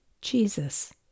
Jesus